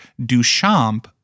Duchamp